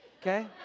Okay